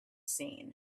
seen